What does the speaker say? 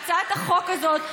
הצעת החוק הזאת,